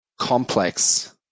complex